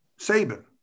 Saban